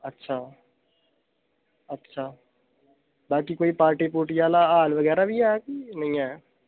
अच्छा अच्छा बाकी कोई पार्टी पूर्टि आह्ला हाल बगैरा बी ऐ नेईं ऐ